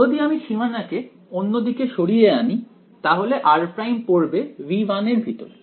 যদি আমি সীমানা কে অন্য দিকে সরিয়ে আনি তাহলে r' পড়বে V1 এর ভিতর